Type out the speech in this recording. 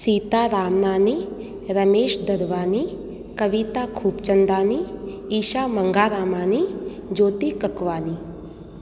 Sita Ramnani Ramesh Dharwani Kavita Khubchandani Isha Mangaramani Jyoti Kakwani